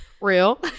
Real